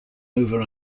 over